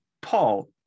Paul